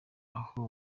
aho